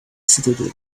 citadel